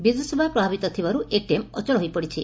ବିଦ୍ୟୁତ ସେବା ପ୍ରଭାବିତ ଥିବାରୁ ଏଟିଏମ୍ ଅଚଳ ହୋଇପଡିଛି